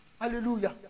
Hallelujah